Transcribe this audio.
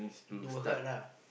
to work hard lah